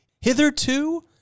HITHERTO